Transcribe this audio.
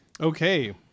Okay